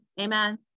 amen